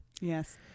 Yes